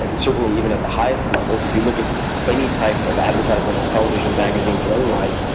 ah certainly even at the highest levels, if you look at any type of advertisement on television, magazines or otherwise,